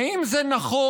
האם זה נכון,